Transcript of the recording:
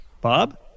Bob